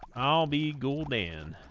i'll be golden